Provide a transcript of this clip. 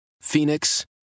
Phoenix